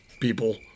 people